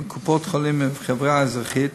בקופות-החולים ובחברה האזרחית